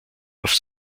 auf